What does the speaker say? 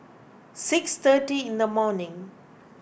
six thirty in the morning